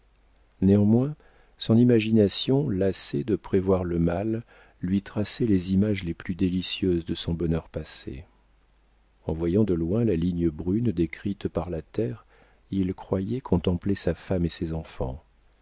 néanmoins son imagination lassée de prévoir le mal lui traçait les images les plus délicieuses de son bonheur passé en voyant de loin la ligne brune décrite par la terre il croyait contempler sa femme et ses enfants